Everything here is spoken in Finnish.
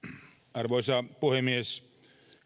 arvoisa puhemies